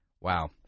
Wow